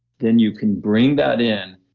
then you can bring that in,